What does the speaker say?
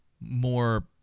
more